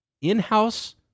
in-house